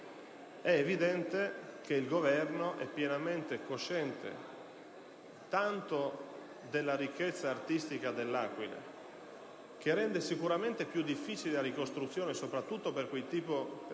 di vista, il Governo è pienamente cosciente della ricchezza artistica dell'Aquila, che rende sicuramente più difficile la ricostruzione, soprattutto per quei